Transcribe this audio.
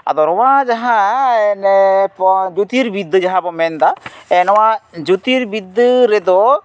ᱟᱫᱚ ᱱᱚᱣᱟ ᱡᱟᱦᱟᱸ ᱡᱳᱛᱤᱨᱵᱤᱫᱽᱫᱟᱹ ᱡᱟᱦᱟᱸ ᱵᱚ ᱢᱮᱱ ᱮᱫᱟ ᱱᱚᱣᱟ ᱡᱳᱛᱤᱨᱵᱤᱫᱽᱫᱟᱹ ᱨᱮᱫᱚ